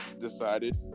decided